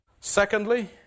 Secondly